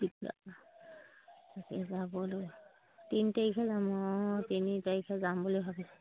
তাকে যাবলৈ তিনি তাৰিখে যাম অঁ তিনি তাৰিখে যাম বুলি ভাবিছোঁ